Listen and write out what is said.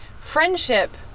friendship